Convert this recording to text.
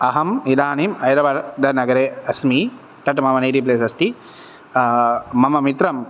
अहं इदानीं हैडराबाद् द नगरे अस्मि तत् मम नेटिव् प्लेस् अस्ति मम मित्रं